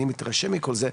אני מתרשם מכל זה,